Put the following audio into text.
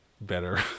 better